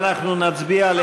חיים ילין,